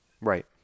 Right